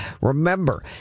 Remember